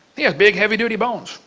he has big heavy duty bones,